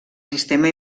sistema